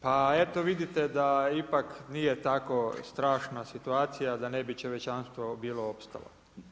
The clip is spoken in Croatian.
Pa eto vidite da ipak nije tako strašna situacija da ne bi čovječanstvo bilo opstalo.